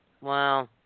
wow